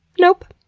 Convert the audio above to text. nope,